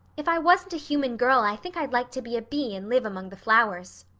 if i wasn't a human girl i think i'd like to be a bee and live among the flowers.